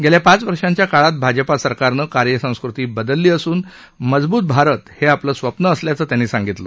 गेल्या पाच वर्षांच्या काळात भाजपा सरकारनं कार्यसंस्कृती बदलली असून मजबूत भारत हे आपलं स्वप्न असल्याचं त्यांनी सांगितलं